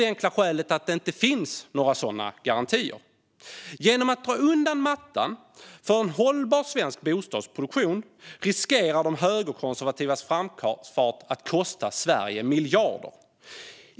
Den enkla anledningen är att det inte finns några sådana garantier. Genom att dra undan mattan för en hållbar svensk bostadsproduktion riskerar de högerkonservativas framfart att kosta Sverige miljarder.